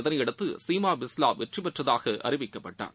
இதனையடுத்து சீமா பிஸ்லா வெற்றிபெற்றதாக அறிவிக்கப்பட்டார்